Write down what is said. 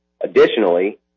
Additionally